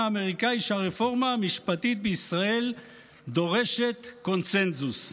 האמריקאי שהרפורמה המשפטית בישראל דורשת קונסנזוס.